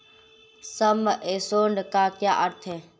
सम assured का क्या अर्थ है?